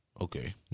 Okay